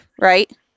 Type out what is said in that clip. right